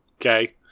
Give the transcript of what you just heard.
okay